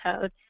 code